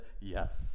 yes